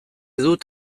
dut